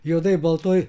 juodai baltoj